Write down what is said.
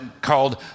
called